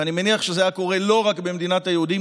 ואני מניח שזה היה קורה לא רק במדינת היהודים,